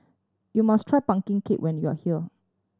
you must try pumpkin cake when you are here